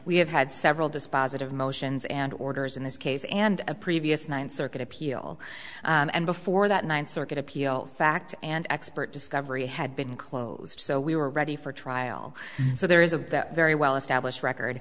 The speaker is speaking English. have had several dispositive motions and orders in this case and a previous ninth circuit appeal and before that ninth circuit appeal fact and expert discovery had been closed so we were ready for trial so there is a very well established record